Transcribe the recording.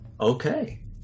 okay